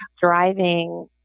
driving